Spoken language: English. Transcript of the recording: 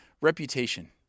reputation